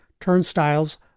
Turnstiles